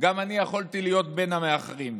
גם אני יכולתי להיות בין המאחרים.